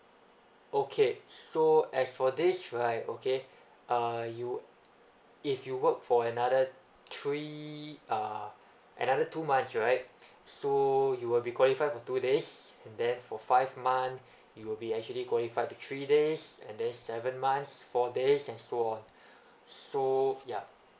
okay so as for this right okay uh you if you work for another three uh another two months right so you will be qualified for two days then for five months you will be actually qualified to three days and then seven months four days and so on so yup